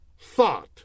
thought